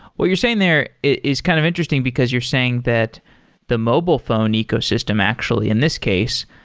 what you're saying there is kind of interesting, because you're saying that the mobile phone ecosystem, actually in this case,